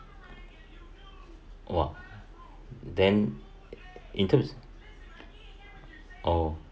!wah! then in terms oh